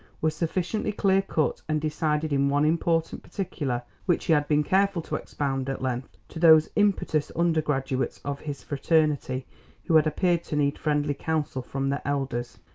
were sufficiently clear-cut and decided in one important particular, which he had been careful to expound at length to those impetuous undergraduates of his fraternity who had appeared to need friendly counsel from their elders.